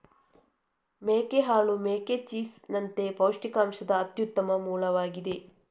ಮೇಕೆ ಹಾಲು ಮೇಕೆ ಚೀಸ್ ನಂತೆ ಪೌಷ್ಟಿಕಾಂಶದ ಅತ್ಯುತ್ತಮ ಮೂಲವಾಗಿದೆ